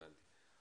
הבנתי.